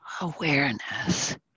awareness